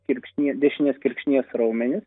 kirkšnie dešinės kirkšnies raumenis